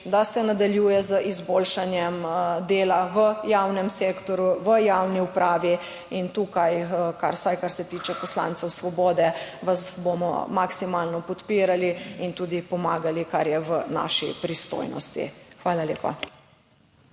da se nadaljuje z izboljšanjem dela v javnem sektorju, v javni upravi in tukaj vsaj kar se tiče poslancev Svobode vas bomo maksimalno podpirali in tudi pomagali, kar je v naši pristojnosti. Hvala lepa.